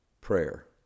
Prayer